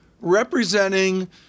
representing